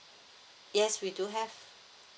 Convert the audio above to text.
yes we do have